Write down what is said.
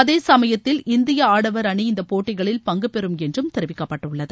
அதே சமயத்தில் இந்திய ஆடவர் அணி இந்தப் போட்டிகளில் பங்கு பெறும் என்று தெரிவிக்கப்பட்டுள்ளது